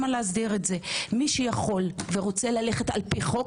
מי שיכול ורוצה ללכת לפי חוק,